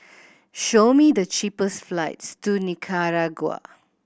show me the cheapest flights to Nicaragua